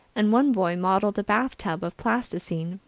and one boy modeled a bathtub of plasticine,